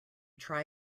try